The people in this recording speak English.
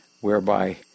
whereby